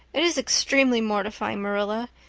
it is extremely mortifying, marilla.